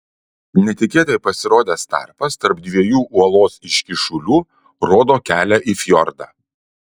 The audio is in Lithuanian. netikėtai pasirodęs tarpas tarp dviejų uolos iškyšulių rodo kelią į fjordą